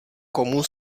komu